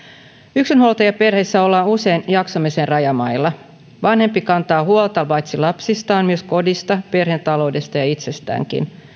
yksinhuoltajaperheissä ollaan usein jaksamisen rajamailla vanhempi kantaa huolta paitsi lapsistaan myös kodista perheen taloudesta ja itsestäänkin